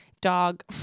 dog